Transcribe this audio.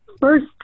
first